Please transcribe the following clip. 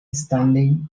stanley